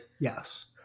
Yes